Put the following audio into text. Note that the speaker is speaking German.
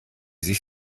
sich